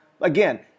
Again